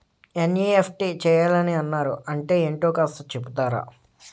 NEFT చేయాలని అన్నారు అంటే ఏంటో కాస్త చెపుతారా?